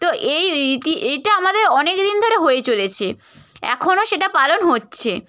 তো এই রীতি এইটা আমাদের অনেক দিন ধরে হয়ে চলেছে এখনও সেটা পালন হচ্ছে